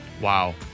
wow